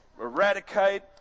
eradicate